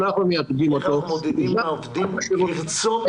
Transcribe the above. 2020- -- איש.